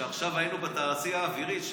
כשעכשיו היינו בתעשייה האווירית,